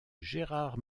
gérard